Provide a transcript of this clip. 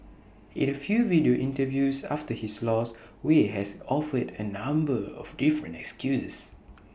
in A few video interviews after his loss Wei has offered A number of different excuses